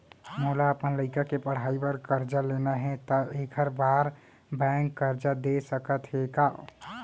मोला अपन लइका के पढ़ई बर करजा लेना हे, त एखर बार बैंक करजा दे सकत हे का?